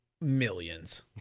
Millions